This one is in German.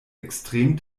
extrem